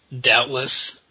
Doubtless